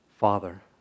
Father